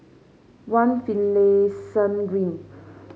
One Finlayson Green